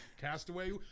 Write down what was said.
castaway